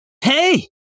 Hey